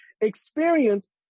Experience